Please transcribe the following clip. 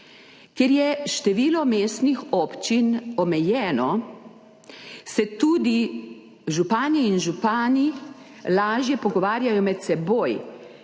Ker je število mestnih občin omejeno, se tudi župani in župani lažje pogovarjajo med seboj,